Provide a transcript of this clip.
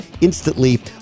instantly